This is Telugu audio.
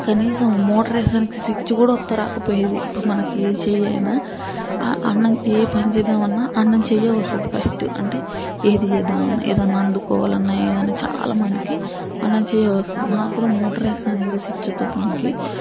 కనీసం మోటర్ వేసేదానికి స్విచ్ కూడా ఒత్త రాకపోయేది ఇప్పుడు మనకి ఏ చెయ్యి అయినా అ అన్నం ఏ పని చేద్దామన్నా అన్నం చెయ్యే వస్తుంది ఫస్ట్ అంటే ఏది చేద్దామన్నా ఏదన్నా అందుకోవాలన్నా ఏదన్నా చాలామందికి అన్నం చెయ్యే వస్తుంది నాకు కూడా మోటర్ వేయడానికి కూడా స్విచ్ ఒత్తడానికి